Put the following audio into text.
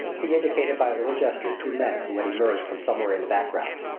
he indicated by a little gesture two men who had emerged from somewhere in the background.